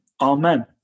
Amen